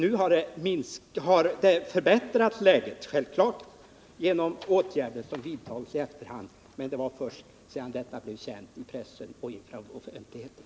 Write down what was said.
Nu har läget självfallet förbättrats genom åtgärder som vidtogs i efterhand. Men det var först sedan detta blev känt i pressen och inför offentligheten.